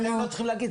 אתם לא צריכים להגיד,